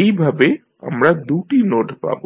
এইভাবে আমরা দু'টি নোড পাব